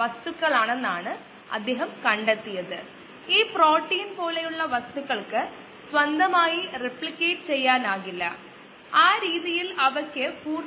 constant ആണ് S0 എന്നത് സാധാരണയായി അറിയപ്പെടുന്ന മൊത്തം സബ്സ്ട്രേറ്റ് ആണ്